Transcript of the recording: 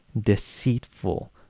deceitful